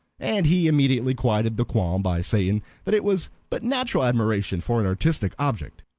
and he immediately quieted the qualm by saying that it was but natural admiration for an artistic object.